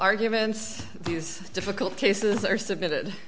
arguments these difficult cases are submitted